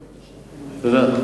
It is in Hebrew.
תודה.